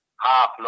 half